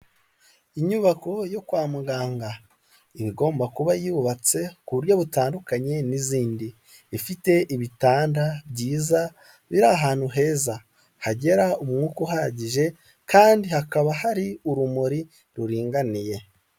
Inyubako yo kwa muganga iba igomba kuba yubatse ku buryo butandukanye n'izindi, ifite ibitanda byiza biri ahantu heza hagera umwuka uhagije kandi hakaba hari urumuri ruringaniye.